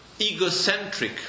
egocentric